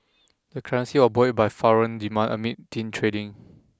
the currency was buoyed by foreign demand amid thin trading